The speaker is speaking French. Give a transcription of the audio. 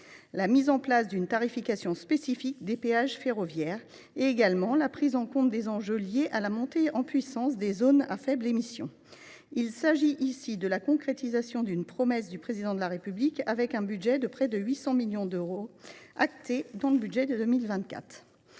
la mise en place d’une tarification spécifique des péages ferroviaires et la prise en compte des enjeux liés à la montée en puissance des zones à faibles émissions. Il s’agit de la concrétisation d’une promesse du Président de la République, avec un budget de près de 800 millions d’euros acté dans le budget 2024.